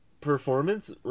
performance